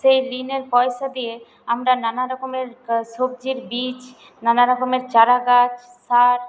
সেই ঋণের পয়সা দিয়ে আমরা নানা রকমের সবজির বীজ নানা রকমের চারাগাছ সার